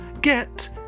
get